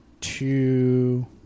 two